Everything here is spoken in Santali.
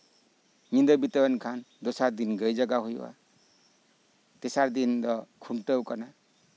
ᱧᱤᱫᱟᱹ ᱵᱤᱛᱟᱹᱣ ᱮᱱ ᱠᱷᱟᱱ ᱫᱚᱥᱟᱨ ᱫᱤᱱ ᱜᱟᱹᱭ ᱡᱟᱜᱟᱣ ᱦᱩᱭᱩᱜᱼᱟ ᱛᱮᱥᱟᱨ ᱫᱤᱱ ᱫᱚ ᱠᱷᱩᱱᱴᱟᱹᱣ ᱠᱟᱱᱟ